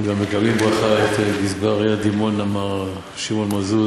אנחנו גם מקבלים בברכה את גזבר דימונה מר שמעון מזוז,